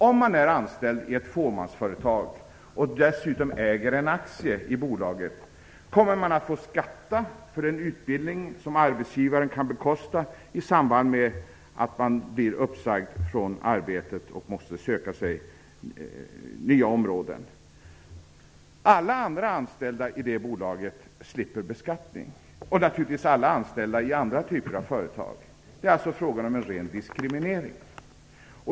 Om man är anställd i ett fåmansföretag och dessutom äger en aktie i bolaget kommer man att få skatta för den utbildning som arbetsgivaren kan bekosta i samband med att man blir uppsagd från arbetet och måste söka sig till nya områden. Alla andra anställda i det bolaget slipper beskattning och naturligtvis alla anställda i andra typer av företag. Det är alltså frågan om en ren diskriminering.